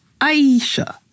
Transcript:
Aisha